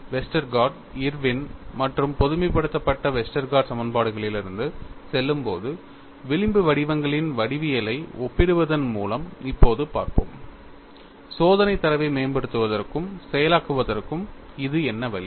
Westergaard Irwin மற்றும் பொதுமைப்படுத்தப்பட்ட Westergaard சமன்பாடுகளிலிருந்து செல்லும்போது விளிம்பு வடிவங்களின் வடிவவியலை ஒப்பிடுவதன் மூலம் இப்போது பார்ப்போம் சோதனை தரவை மேம்படுத்துவதற்கும் செயலாக்குவதற்கும் இது என்ன வழி